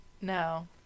No